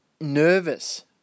nervous